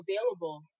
available